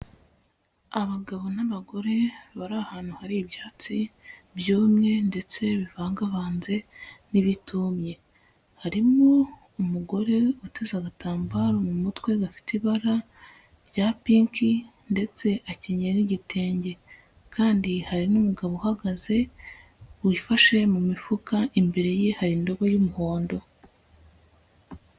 Abagabo n'abagore bari ahantu hari ibyatsi byumye ndetse bivangavanze n'ibitumye, harimo umugore uteze agatambaro mu mutwe gafite ibara rya pink ndetse akenyeye n'igitenge kandi hari n'umugabo uhagaze wifashe mu mifuka, imbere ye hari indobo y'umuhondo.